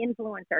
influencer